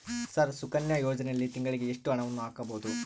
Sir Sukanya ಯೋಜನೆಯಲ್ಲಿ ತಿಂಗಳಿಗೆ ಎಷ್ಟು ಹಣವನ್ನು ಹಾಕಬಹುದು?